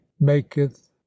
maketh